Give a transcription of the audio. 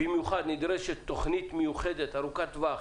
במיוחד נדרשת תוכנית מיוחדת ארוכת טווח